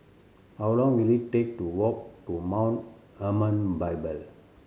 how long will it take to walk to Mount Hermon Bible